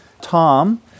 Tom